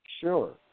sure